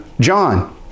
John